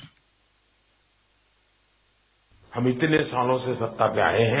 bite हम इतने सालों से सत्ता में आए हैं